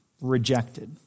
rejected